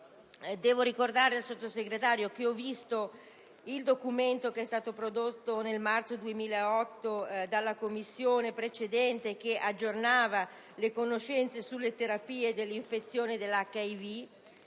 devo ricordare al Sottosegretario che ho visto il documento prodotto nel marzo 2008 dalla Commissione precedente che aggiornava le conoscenze sulle terapie dell'infezione dell'HIV.